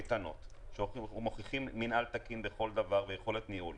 איתנות שמוכיחות מינהל תקין ויכולת ניהול